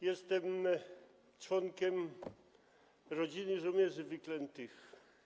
Jestem członkiem rodziny żołnierzy wyklętych.